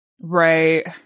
right